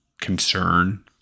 concern